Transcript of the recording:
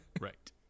Right